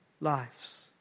lives